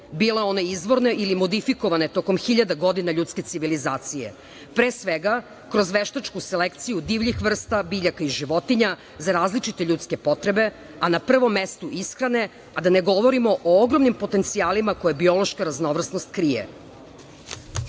bile one izvorne ili modifikovane tokom hiljada godina ljudske civilizacije. Pre svega, kroz veštačku selekciju divljih vrsta biljaka i životinja za različite ljudske potrebe, a na prvom mestu ishrane, a da ne govorimo o ogromnim potencijalima koje biološka raznovrsnost krije. Ne